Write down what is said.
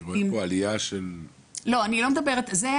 אני רואה פה עלייה של --- זה הרישום.